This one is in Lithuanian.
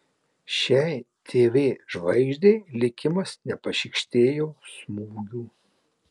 šiai tv žvaigždei likimas nepašykštėjo smūgių